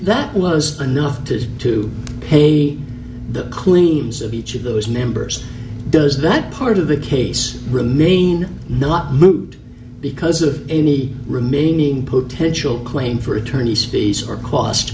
that was enough to pay the cleans of each of those members does that part of the case remain not moot because of any remaining potential claim for attorney's fees or cost